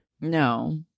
No